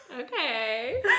Okay